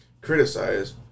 criticize